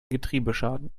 getriebeschaden